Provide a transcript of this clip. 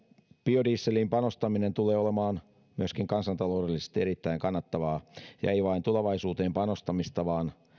biodieseliin panostaminen tulee olemaan myöskin kansantaloudellisesti erittäin kannattavaa ja ei vain tulevaisuuteen panostamista vaan